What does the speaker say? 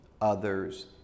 others